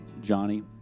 Johnny